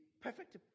perfect